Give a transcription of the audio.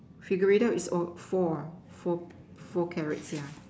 figure out it's four four carrots